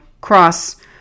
cross-